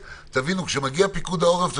כשמגיע פיקוד העורף,